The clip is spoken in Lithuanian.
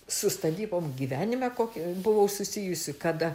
su statybom gyvenime kokį buvau susijusi kada